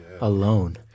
alone